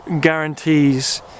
guarantees